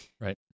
Right